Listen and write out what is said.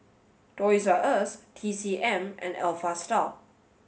toys R Us T C M and Alpha Style